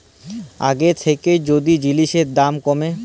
আগের থ্যাইকে যদি জিলিসের দাম ক্যমে